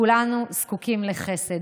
כולנו זקוקים לחסד,